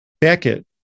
Beckett